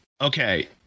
okay